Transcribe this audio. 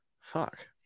fuck